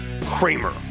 Kramer